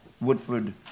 Woodford